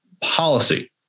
policy